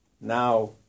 now